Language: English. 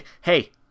Hey